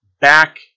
back